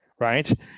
Right